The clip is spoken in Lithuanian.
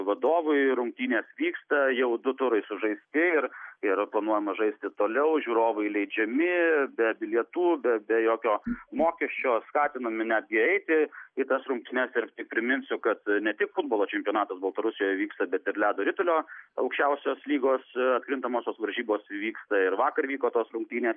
vadovui rungtynės vyksta jau du turai sužaisti ir yra planuojama žaisti toliau žiūrovai įleidžiami be bilietų be be jokio mokesčio skatinami netgi eiti į tas rungtynes ir tik priminsiu kad ne tik futbolo čempionatas baltarusijoje vyksta bet ir ledo ritulio aukščiausios lygos atkrintamosios varžybos vyksta ir vakar vyko tos rungtynės